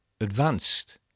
advanced